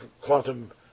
quantum